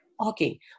Okay